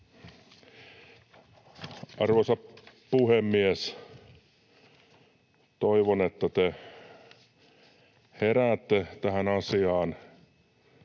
Arvoisa puhemies! Toivon, että te heräätte tähän asiaan.